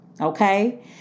Okay